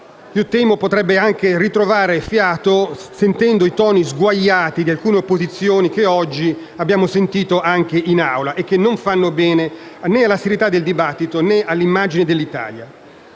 temo potrebbe ritrovare fiato, sentendo i toni sguaiati di alcune opposizioni, che abbiamo ascoltato anche oggi in Aula e che non fanno bene né alla serietà del dibattito, né all'immagine dell'Italia.